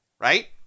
right